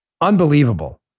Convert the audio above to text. Unbelievable